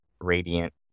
radiant